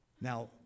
Now